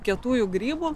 kietųjų grybų